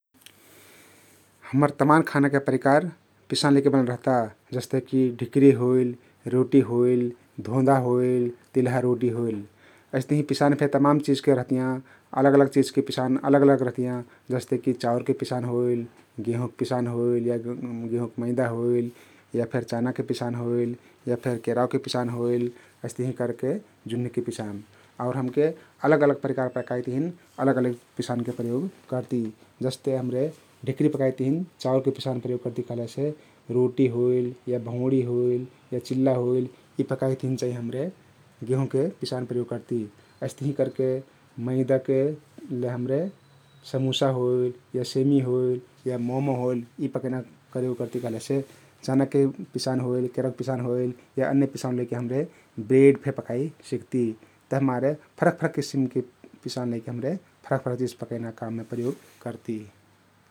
हम्मर तामान खानाके परिकार पिसान लैके बनल रहता । जस्तेकि ढिकरी होइल, रोटी होइल, धोंधा होइल, तिल्हा रोटी होइल । अइस्तहिं पिसान फे तमान चिझके रहतियाँ । अलग अलग चिझके पिसान अलग अलग रहतियाँ जस्ते कि चाउरके पिसान होइल, गेहुँक पिसान होइल या गेहुँक मैदा होइल, या फेक चानाके पिसान होइल या फेक केराउके पिसान होइल अइस्तहिं करके जुन्हीके पिसान आउर हमके अलग अलग परिकार पकाइक तहिन अलग अलग पिसानके प्रयोग करती । जस्ते हम्रे ढिकरी पकाइक तहिन चाउरके पिसान प्रयोग करती कहलेसे रोटी होइल या भउँडी होइल या चिल्ला होइल यी पकाइक तहिन चाहिं हमरे गेहुँके पिसान प्रयोग करती । अइस्तहिं करके मैदाके ले हम्रे समुसा होइल या सेमी होइल या मो:मो होइल यी पकैना करयोग करती कहलेसे चनाके पिसान होइल, केराउकर पिसान होइल या अन्य पिसान लैके हम्रे ब्रेड फे पकाइ सिक्ती । तभिमारे फरक फरक किसिमके पिसान लैके हम्रे फरक फरक चिझ पकैना काममे प्रयोग करती ।